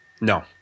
No